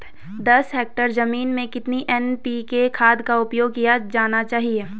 दस हेक्टेयर जमीन में कितनी एन.पी.के खाद का उपयोग किया जाना चाहिए?